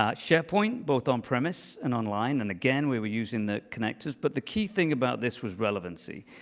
um sharepoint both on-premise and online. and again, we were using the connectors. but the key thing about this was relevancy.